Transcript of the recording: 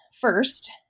first